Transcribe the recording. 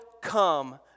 come